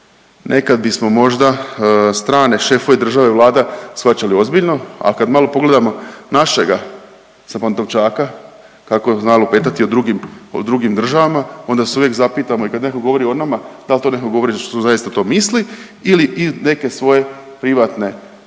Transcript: nekad bismo možda strane šefove države vlada shvaćali ozbiljno, a kad malo pogledamo našega sa Pantovčaka kako zna lupetati o drugim, o drugim državama onda se uvijek zapitamo i kad netko govori o nama da li to netko govori zato što zaista to misli ili iz neke svoje privatne,